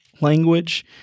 language